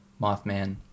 mothman